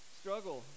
struggle